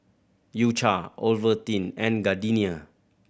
U Cha Ovaltine and Gardenia